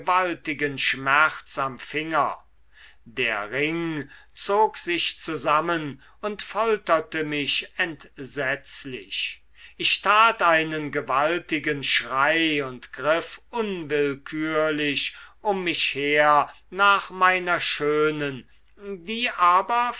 schmerz am finger der ring zog sich zusammen und folterte mich entsetzlich ich tat einen gewaltigen schrei und griff unwillkürlich um mich her nach meiner schönen die aber